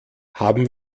haben